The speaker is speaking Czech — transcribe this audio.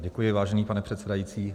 Děkuji, vážený pane předsedající.